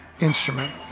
instrument